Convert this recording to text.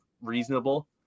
reasonable